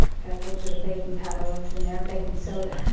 got a little bit of baking powder left in there, baking soda.